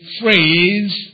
phrase